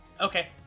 Okay